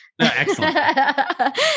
Excellent